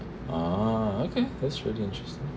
ah okay that's really interesting